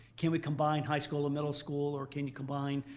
can we combine high school and middle school or can you combine?